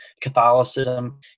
Catholicism